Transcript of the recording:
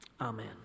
Amen